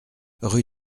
rue